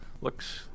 looks